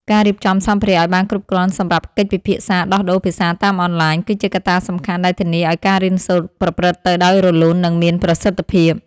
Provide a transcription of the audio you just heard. ការរៀបចំសម្ភារៈឱ្យបានគ្រប់គ្រាន់សម្រាប់កិច្ចពិភាក្សាដោះដូរភាសាតាមអនឡាញ គឺជាកត្តាសំខាន់ដែលធានាឱ្យការរៀនសូត្រប្រព្រឹត្តទៅដោយរលូន និងមានប្រសិទ្ធភាព។